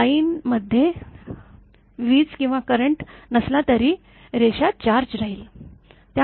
लाईनमध्ये वीज किंवा करंट नसला तरी रेषा चार्ज राहील